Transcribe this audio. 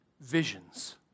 visions